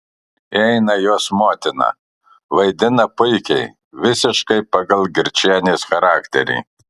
įeina jos motina vaidina puikiai visiškai pagal girčienės charakterį